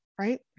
Right